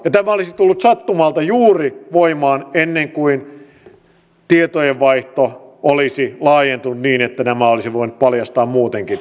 tämä olisi tullut sattumalta juuri voimaan ennen kuin tietojenvaihto olisi laajentunut niin että nämä olisi voinut paljastaa muutenkin